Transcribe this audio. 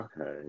okay